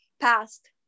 past